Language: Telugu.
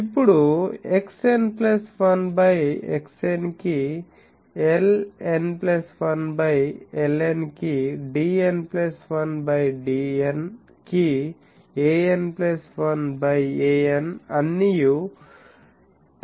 ఇప్పుడు xn 1 బై xn కి ln 1 బై ln కి dn 1 బై dn కి an 1 బై an అన్నియు టౌ కి సమానం